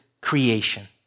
creation